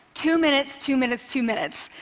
two minutes, two minutes, two minutes.